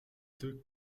deux